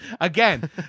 Again